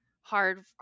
hard